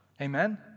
Amen